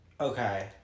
Okay